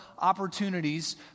opportunities